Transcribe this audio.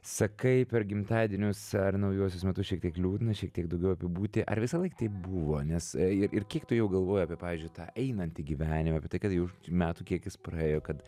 sakai per gimtadienius ar naujuosius metus šiek tiek liūdna šiek tiek daugiau apie būtį ar visąlaik taip buvo nes ir ir kiek tu jau galvoji apie pavyzdžiui tą einantį gyvenimą apie tai kad jau metų kiekis praėjo kad